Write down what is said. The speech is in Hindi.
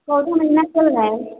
चौथा महीना चल रहा है